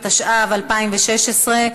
התשע"ו 2016,